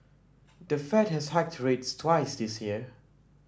the Fed has hiked rates twice this year